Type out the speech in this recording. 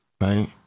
Right